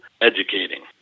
educating